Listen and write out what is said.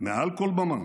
מעל כל במה,